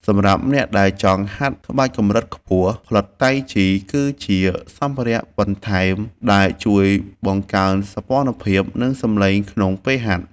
សម្រាប់អ្នកដែលចង់ហាត់ក្បាច់កម្រិតខ្ពស់ ផ្លិតតៃជី គឺជាសម្ភារៈបន្ថែមដែលជួយបង្កើនសោភ័ណភាព និងសំឡេងក្នុងពេលហាត់។